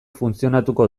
funtzionatuko